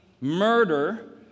murder